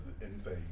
insane